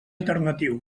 alternatiu